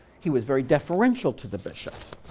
he was very deferential to the bishops.